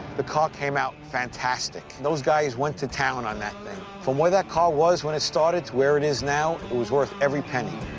the car came out fantastic. those guys went to town on that thing. from where that car was when it started to where it is now, it was worth every penny.